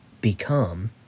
become